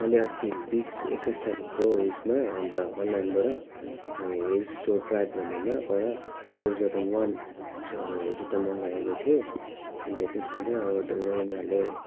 मैले अस्ति बिस एक्काइस तारिकको उयोसमा अन्त अनलाइनबड हेयर स्टोर ड्राइभ भन्नेमाबाट एउज एउटा वान जुत्ता मगाएको थिएँ अन्त त्यसमा त उनीहरूले